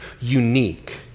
unique